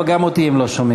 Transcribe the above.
לא, גם אותי הם לא שומעים.